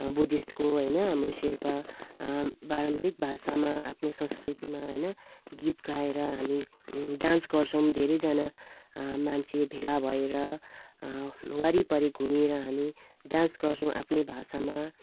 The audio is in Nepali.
बुद्धिस्टको होइन हाम्रो सेर्पा पारम्परिक भाषामा आफ्नो संस्कृतिमा होइन गीत गाएर हामी डान्स गर्छौँ धेरैजना मान्छे भेला भएर वरिपरि घुमेर हामी डान्स गर्छौँ आफ्नै भाषामा